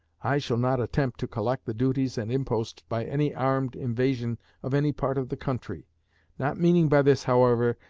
i shall not attempt to collect the duties and imposts by any armed invasion of any part of the country not meaning by this, however,